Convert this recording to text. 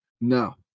No